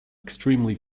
extremely